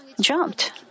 jumped